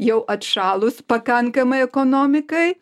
jau atšalus pakankamai ekonomikai